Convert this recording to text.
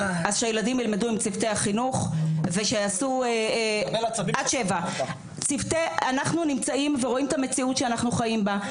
אז שהילדים ילמדו עם צוותי החינוך ושיעשו עד 19:00. אנחנו נמצאים ורואים את המציאות שאנחנו חיים בה.